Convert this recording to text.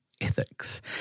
ethics